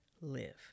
live